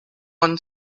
one